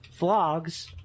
vlogs